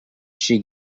she